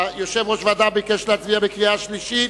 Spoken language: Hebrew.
יושב-ראש הוועדה ביקש להצביע בקריאה שלישית.